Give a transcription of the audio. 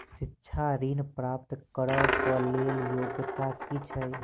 शिक्षा ऋण प्राप्त करऽ कऽ लेल योग्यता की छई?